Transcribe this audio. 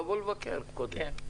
לבוא לבקר קודם.